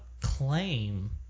claim